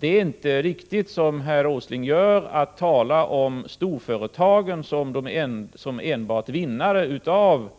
Det är inte riktigt att som herr Åsling gör tala om storföretagen som enda vinnare i fråga